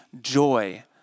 joy